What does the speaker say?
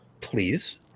Please